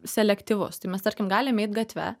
selektyvus tai mes tarkim galim eit gatve